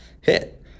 hit